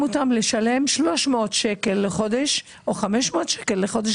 אותם לשלם 300 שקל לחודש או 500 שקל לחודש,